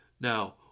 now